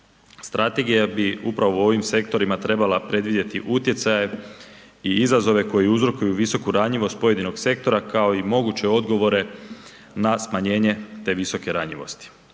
Strategija bi upravo u ovim sektorima trebala predvidjeti utjecaje i izazove koji uzrokuju visoku ranjivost pojedinog sektora, kao i moguće odgovore na smanjenje te visoke ranjivosti.